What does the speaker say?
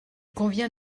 convient